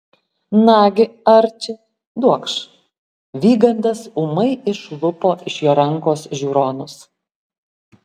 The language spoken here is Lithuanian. nagi arči duokš vygandas ūmai išlupo iš jo rankos žiūronus